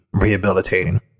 rehabilitating